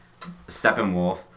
Steppenwolf